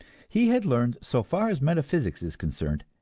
he had learned, so far as metaphysics is concerned,